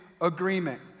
agreement